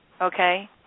Okay